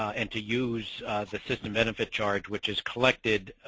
and to use the system benefit charge which is collected